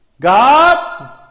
God